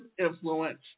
influence